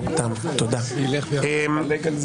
טלי, די להתערב.